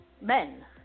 men